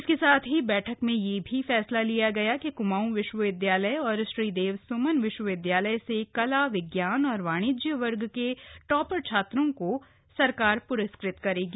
इसके साथ ही बैठक में यह फैसला भी किया गया कि कुमाऊं विश्वविदयालय और श्रीदेव स्मन विश्वविद्यालय से कला विज्ञान और वाणिज्य वर्ग के टॉपर छात्रों को सरकार प्रस्कृत करेगी